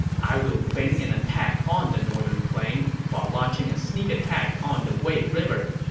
i will feign an attack on the northern plain while launching a sneak attack on the wei river.